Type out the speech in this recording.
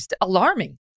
alarming